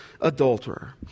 adulterer